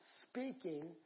speaking